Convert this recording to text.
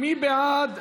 מי בעד?